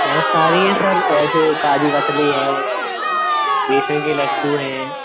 बहुत सारी हैं सर ऐसे काजू कतली है बेसन के लड्डू हैं